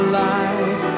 light